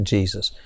Jesus